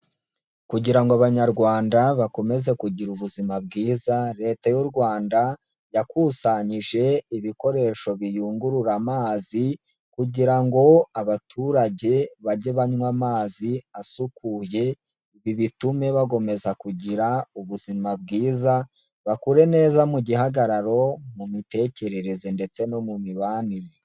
Kugira ngo Abanyarwanda bakomeze kugira ubuzima bwiza, leta y'u Rwanda yakusanyije ibikoresho biyungurura amazi, kugira ngo abaturage bajye banywa amazi asukuye bitume bakomeza kugira ubuzima bwiza, bakure neza mu gihagararo mu mitekerereze ndetse no mu mibanire.